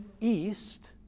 east